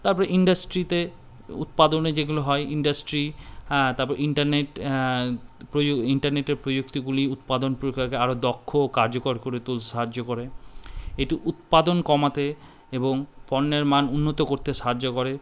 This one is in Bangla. তারপরে ইন্ডাস্ট্রিতে উৎপাদনে যেগুলো হয় ইন্ডাস্ট্রি হ্যাঁ তারপর ইন্টারনেট প্রয় ইন্টারনেটের প্রযুক্তিগুলি উৎপাদন প্রক্রিয়াকে আরও দক্ষ ও কার্যকর করে তুলতে সাহায্য করে এটি উৎপাদন কমাতে এবং পণ্যের মান উন্নত করতে সাহায্য করে